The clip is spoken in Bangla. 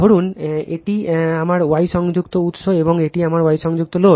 ধরুন এটি আমার Y সংযুক্ত উৎস এবং এটি আমার Y সংযুক্ত লোড